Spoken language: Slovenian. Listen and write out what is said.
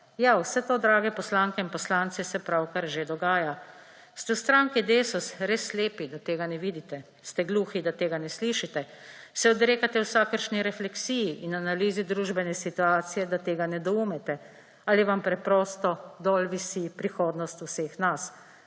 Ja, vse to, dragi poslanke in poslanci, se pravkar že dogaja. Ste v stranki Desus res slepi, da tega ne vidite? Ste gluhi, da tega ne slišite? Se odrekate vsakršni refleksiji in analizi družbene situacije, da tega ne doumete? Ali vam preprosto dol visi prihodnost vseh nas,